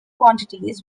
quantities